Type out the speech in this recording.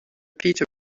peter